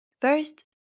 First